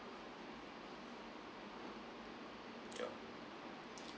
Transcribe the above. yup